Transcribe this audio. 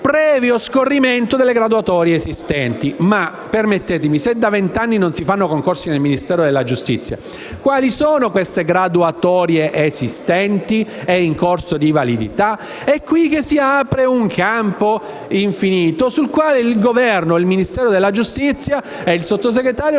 «previo scorrimento delle graduatorie esistenti». Ma se da vent'anni non si fanno concorsi nel Ministero della giustizia, quali sono queste graduatorie esistenti ed in corso di validità? È qui che si apre un campo infinito, sul quale il Governo, il Ministero della giustizia e il Sottosegretario